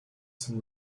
some